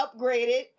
upgraded